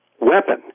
weapon